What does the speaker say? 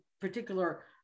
particular